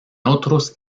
otros